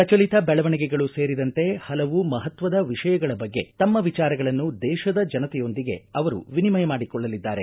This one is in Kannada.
ಪ್ರಚಲಿತ ಬೆಳವಣಿಗೆಗಳು ಸೇರಿದಂತೆ ಹಲವು ಮಹತ್ವದ ವಿಷಯಗಳ ಬಗ್ಗೆ ತಮ್ಮ ವಿಚಾರಗಳನ್ನು ದೇಶದ ಜನತೆಯೊಂದಿಗೆ ಅವರು ವಿನಿಮಯ ಮಾಡಿಕೊಳ್ಳಲಿದ್ದಾರೆ